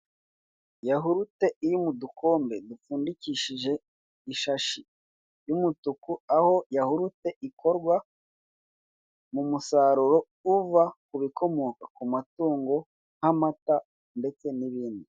Yahurute iri mu dukombe dupfundikishije ishashi y'umutuku aho yahurute ikorwa mu musaruro uva ku bikomoka ku matungo nk'amata ndetse n'ibindi.